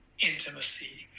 intimacy